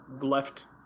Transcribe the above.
left